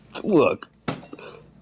Look